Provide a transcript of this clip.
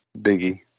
Biggie